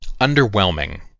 Underwhelming